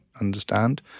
understand